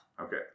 Okay